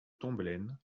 tomblaine